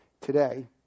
Today